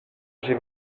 j’ai